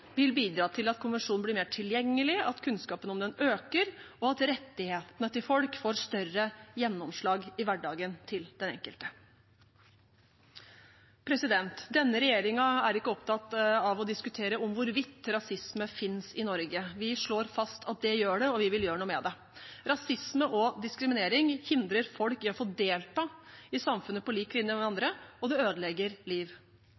vil bidra til at konvensjonen blir mer tilgjengelig, at kunnskapen om den øker, og at rettighetene til folk får større gjennomslag i hverdagen til den enkelte. Denne regjeringen er ikke opptatt av å diskutere hvorvidt rasisme finnes i Norge. Vi slår fast at det gjør det, og vi vil gjøre noe med det. Rasisme og diskriminering hindrer folk i å få delta i samfunnet på lik linje med andre, og det ødelegger liv.